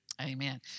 Amen